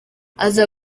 aza